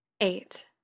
Eight